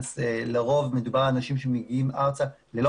לרוב מדובר על אנשים שמגיעים ארצה ללא